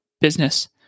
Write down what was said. business